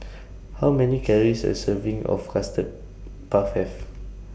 How Many Calories Does A Serving of Custard Puff Have